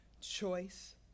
choice